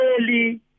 early